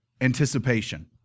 anticipation